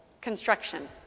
construction